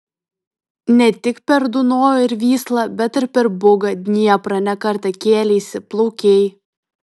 ne tik per dunojų ir vyslą bet ir per bugą dnieprą ne kartą kėleisi plaukei